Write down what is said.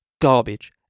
garbage